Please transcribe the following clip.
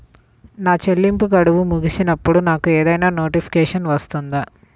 నా చెల్లింపు గడువు ముగిసినప్పుడు నాకు ఏదైనా నోటిఫికేషన్ వస్తుందా?